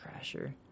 crasher